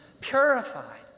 purified